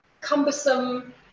cumbersome